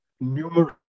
numerous